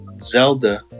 Zelda